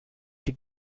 die